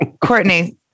Courtney